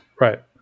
Right